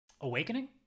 awakening